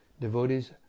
devotees